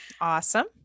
Awesome